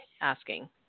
asking